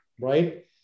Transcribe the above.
right